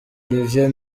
olivier